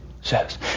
says